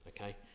Okay